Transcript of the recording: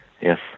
Yes